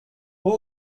who